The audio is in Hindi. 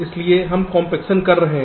इसलिए हम कॉम्पेक्शन कर रहे हैं